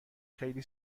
خیلی